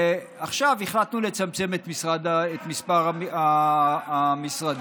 ועכשיו החלטנו לצמצם את מספר המשרדים,